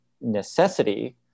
necessity